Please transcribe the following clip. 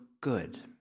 good